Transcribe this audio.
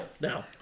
Now